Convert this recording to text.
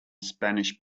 spanish